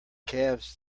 calves